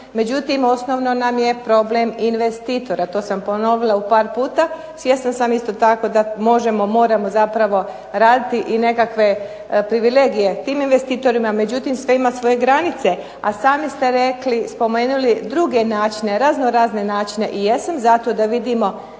Međutim, osnovno nam je problem investitora, to sam ponovila u par puta. Svjesna sam isto tako da možemo, moramo zapravo raditi i nekakve privilegije tim investitorima, međutim sve ima svoje granice, a sami ste rekli, spomenuli druge načine, raznorazne načine i jesam zato da vidimo